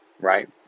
right